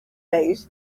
days